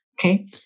Okay